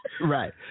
right